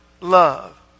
love